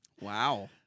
Wow